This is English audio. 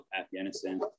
afghanistan